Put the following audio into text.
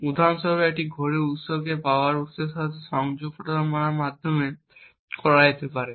উদাহরণস্বরূপ এটি ঘড়ির উৎসটিকে পাওয়ার উত্সের সাথে সংযুক্ত করার মাধ্যমে করা যেতে পারে